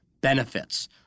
benefits